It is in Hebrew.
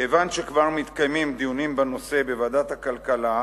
כיוון שכבר מתקיימים דיונים בנושא בוועדת הכלכלה,